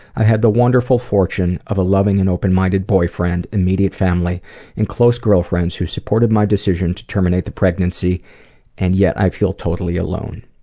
i had the wonderful fortune of a loving and open-minded boyfriend and immediate family and close girlfriends who supported my decision to terminate the pregnancy and yet i feel totally alone.